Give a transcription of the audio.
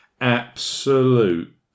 absolute